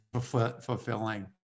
fulfilling